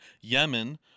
Yemen